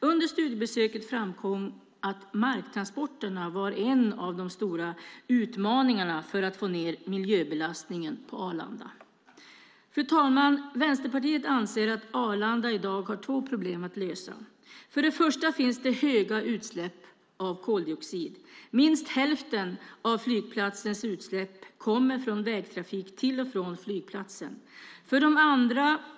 Under studiebesöket framkom att marktransporterna var en av de stora utmaningarna för att få ned miljöbelastningen på Arlanda. Fru talman! Vänsterpartiet anser att Arlanda i dag har två problem att lösa. För det första finns det höga utsläpp av koldioxid. Minst hälften av flygplatsens utsläpp kommer från vägtrafik till och från flygplatsen.